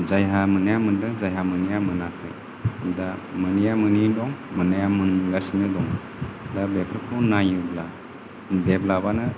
जायहा मोननाया मोन्दों जायहा मोननाया मोनाखै दा मोनैया मोनैनो दं आरो मोननाया मोनगासिनो दं दा बेफोरखौ नायोब्ला देभलापआनो